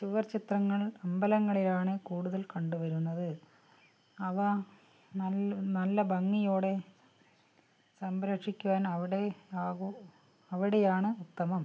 ചുവർ ചിത്രങ്ങൾ അമ്പലങ്ങളിലാണ് കൂടുതൽ കണ്ടുവരുന്നത് അവ നല്ല ഭംഗിയോടെ സംരക്ഷിക്കുവാൻ അവിടെയേ ആകു അവിടെയാണ് ഉത്തമം